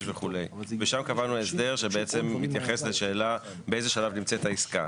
ושם גם קבענו הסדר שמתייחס לשאלה באיזה שלב נמצא העסקה,